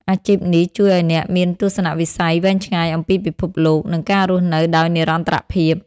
អាជីពនេះជួយឱ្យអ្នកមានទស្សនវិស័យវែងឆ្ងាយអំពីពិភពលោក និងការរស់នៅដោយនិរន្តរភាព។